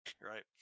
right